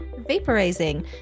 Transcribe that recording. vaporizing